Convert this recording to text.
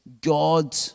God